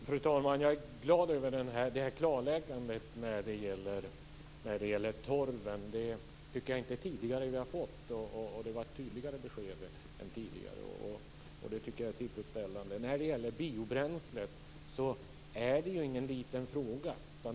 Fru talman! Jag är glad över detta klarläggande när det gäller torven. Det var ett tydligare besked än vad vi tidigare har fått. Jag tycker att det är tillfredsställande. Biobränslet är inte någon liten fråga.